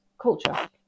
culture